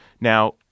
Now